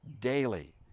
daily